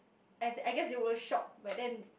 I I guess they were shocked but then